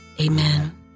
Amen